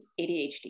ADHD